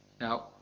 Now